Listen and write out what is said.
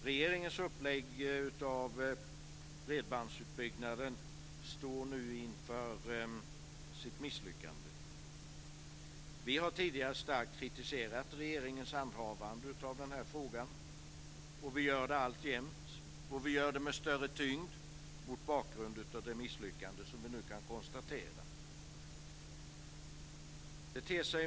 Regeringens upplägg av bredbandsutbyggnaden står nu inför sitt misslyckande. Vi har tidigare starkt kritiserat regeringens handhavande av denna fråga, och vi gör det alltjämt, och vi gör det med större tyngd mot bakgrund av det misslyckande som vi nu kan konstatera.